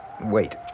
Wait